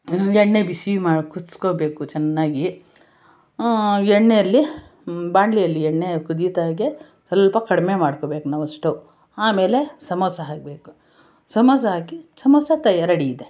ಎಣ್ಣೆ ಬಿಸಿ ಮಾ ಕುದ್ಸ್ಕೋಬೇಕು ಚೆನ್ನಾಗಿ ಎಣ್ಣೆಯಲ್ಲಿ ಬಾಂಡ್ಲಿಯಲ್ಲಿ ಎಣ್ಣೆ ಕುದಿತಾಗೆ ಸ್ವಲ್ಪ ಕಡಿಮೆ ಮಾಡ್ಕೋಬೇಕು ನಾವು ಸ್ಟೌವ್ ಆಮೇಲೆ ಸಮೋಸ ಹಾಕಬೇಕು ಸಮೋಸ ಹಾಕಿ ಸಮೋಸ ರೆಡಿ ಇದೆ